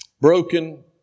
Broken